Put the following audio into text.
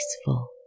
peaceful